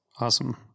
Awesome